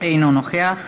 אינו נוכח,